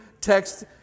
text